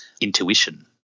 intuition